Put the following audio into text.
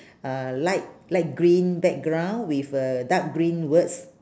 uh light light green background with uh dark green words